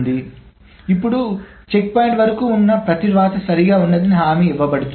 కాబట్టి ఇప్పుడు చెక్పాయింట్ వరకు ఉన్న ప్రతి వ్రాత సరిగా ఉందని హామీ ఇవ్వబడుతుంది